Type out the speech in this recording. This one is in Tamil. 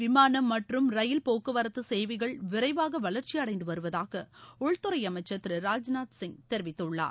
விமானம் மற்றும் ரயில் போக்குவரத்து சேவைகள் விரைவாக வளர்ச்சியடைந்து வருவதாக உள்துறை அமைச்சர் திரு ராஜ்நாத் சிங் தெரிவித்துள்ளார்